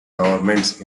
governments